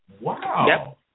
Wow